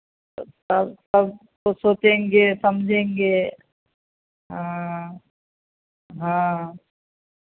तब सब तो सोचेंगे समझेंगे हाँ हाँ